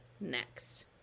next